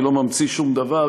אני לא ממציא שום דבר,